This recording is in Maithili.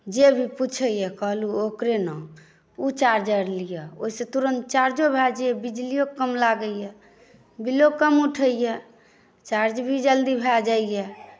जे भी पुछैए कहलहुँ ओकरे नाम ओ चार्जर लिअऽ ओहिसँ तुरन्त चार्जो भए जाइए बिजलिओ कम लागैए बिलो कम उठैए चार्ज भी जल्दी भए जाइए